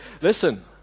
listen